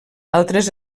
altres